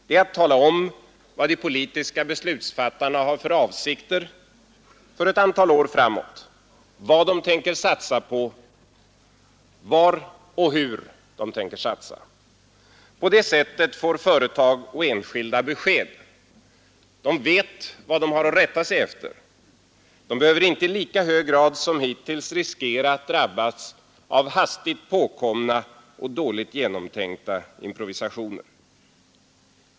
Det är att tala om vad de politiska beslutsfattarna har för avsikter för ett antal år framåt, vad de tänker satsa på samt var och hur de tänker satsa. På så sätt får företag och enskilda besked. De vet vad de har att rätta sig efter. De behöver inte i lika hög grad som hittills riskera att drabbas av hastigt påkomna och dåligt genomtänkta improvisationer.